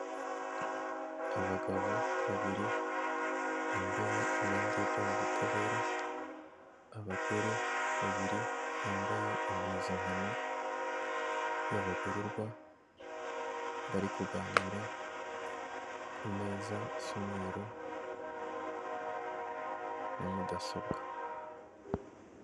Abagabo babiri bambaye imyenda y'ibyo mu butabera, abagore babiri bambaye impuzankano y'abagororwa, bari kuganira ku meza isa umweru na mudasobwa.